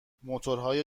موتورهای